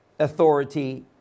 authority